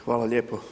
Hvala lijepo.